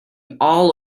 all